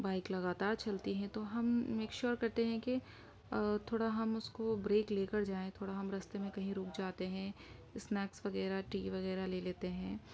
bike لگاتار چلتی ہے تو ہم میک شیور کرتے ہیں کہ تھوڑا ہم اس کو بریک لے کر جائیں تھوڑا ہم رستے میں کہیں رک جاتے ہیں اسنیکس وغیرہ ٹی وغیرہ لے لیتے ہیں